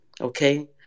Okay